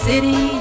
City